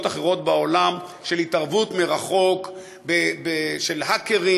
אחרות בעולם של התערבות מרחוק של האקרים.